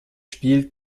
spiel